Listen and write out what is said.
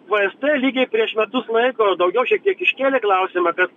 vsd lygiai prieš metus laiko daugiau šiek tiek iškėlė klausimą kad